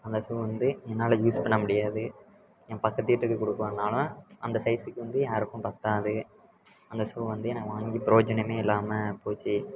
அந்த ஷூவு வந்து என்னால் யூஸ் பண்ண முடியாது என் பக்கத்து வீட்டுக்கு கொடுக்கலான்னாலும் அந்த சைஸுக்கு வந்து யாருக்கும் பத்தாது அந்த ஷூவு வந்து எனக்கு வாங்கி ப்ரோயோஜனமே இல்லாமல் போச்சு